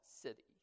city